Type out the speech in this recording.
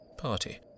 party